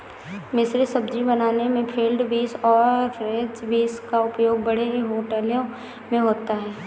मिश्रित सब्जी बनाने में फील्ड बींस और फ्रेंच बींस का उपयोग बड़े होटलों में होता है